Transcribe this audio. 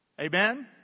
Amen